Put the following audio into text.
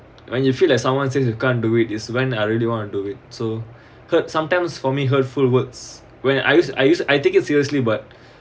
when you feel like someone says you can't do it is when I really want to do it so hurt sometimes for me hurtful words when I used I used I take it seriously but